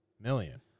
million